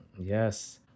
Yes